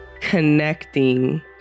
connecting